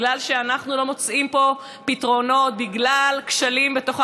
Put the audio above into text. בגלל שאנחנו לא מוצאים פה פתרונות בגלל כשלים בתוך